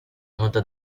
venuto